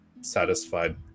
satisfied